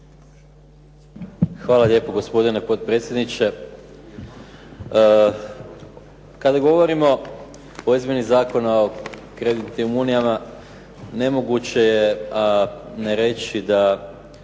Hvala lijepo gospodine potpredsjedniče. Kada govorimo o izmjeni Zakona o kreditnim unijama nemoguće je ne reći da